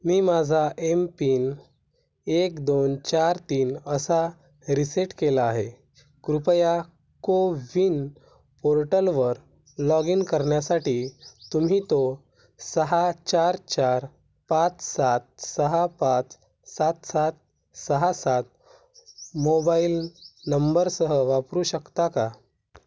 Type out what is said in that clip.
मी माझा M pin एक दोन चार तीन असा रिसेट केला आहे कृपया कोविन पोर्टलवर लॉग इन करण्यासाठी तुम्ही तो सहा चार चार पाच सात सहा पाच सात सात सहा सात मोबाईल नंबरसह वापरू शकता का